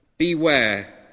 Beware